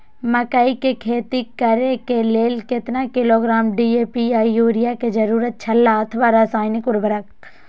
मकैय के खेती करे के लेल केतना किलोग्राम डी.ए.पी या युरिया के जरूरत छला अथवा रसायनिक उर्वरक?